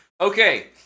Okay